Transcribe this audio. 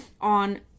on